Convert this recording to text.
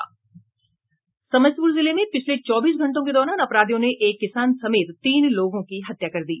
समस्तीपुर जिले में पिछले चौबीस घंटों के दौरान अपराधियों ने एक किसान समेत तीन लोगों की हत्या कर दी